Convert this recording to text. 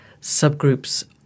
subgroups